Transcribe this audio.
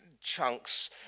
chunks